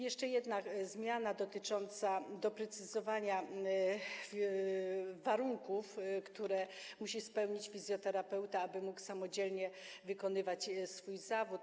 Jeszcze jedna zmiana dotycząca doprecyzowania warunków, które musi spełnić fizjoterapeuta, aby mógł samodzielnie wykonywać swój zawód.